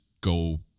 go